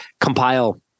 compile